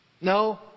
No